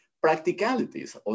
practicalities